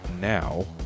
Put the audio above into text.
now